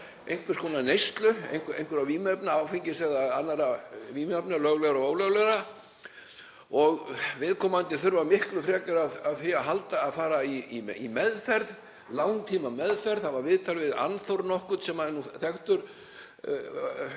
einhvers konar neyslu einhverra vímuefna, áfengis eða annarra vímuefna, löglegra og ólöglegra, og viðkomandi þurfa miklu frekar á því að halda að fara í meðferð, langtímameðferð. Það var viðtal við Arnþór nokkurn sem var nú þekktur